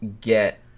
get